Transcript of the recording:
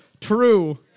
True